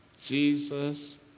Jesus